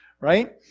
right